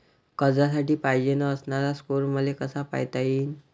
कर्जासाठी पायजेन असणारा स्कोर मले कसा पायता येईन?